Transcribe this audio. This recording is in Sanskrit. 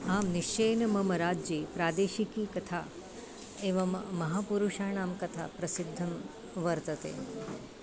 आं निश्चयेन मम राज्ये प्रादेशिकीकथा एवं महापुरुषाणां कथा प्रसिद्धा वर्तते